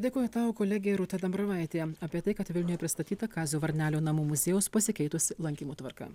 dėkoju tau kolegė rūta dambravaitė apie tai kad vilniuje pristatyta kazio varnelio namų muziejaus pasikeitusi lankymo tvarka